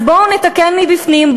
אז בואו נתקן מבפנים,